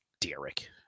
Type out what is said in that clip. Derek